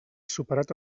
superat